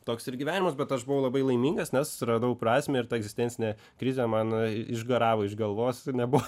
toks ir gyvenimas bet aš buvau labai laimingas nes radau prasmę ir tą egzistencinė krizė man išgaravo iš galvos ir nebuvo